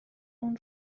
اون